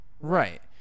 right